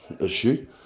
issue